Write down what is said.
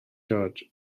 george